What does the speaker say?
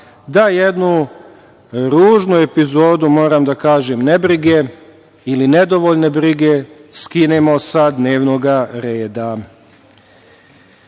da jednu ružnu epizodu, moram da kažem, nebrige ili nedovoljne brige skinemo sa dnevnog reda. To